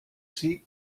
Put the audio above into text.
sie